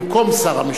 במקום שר המשפטים.